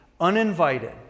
uninvited